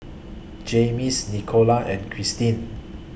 Jaymes Nicola and Christeen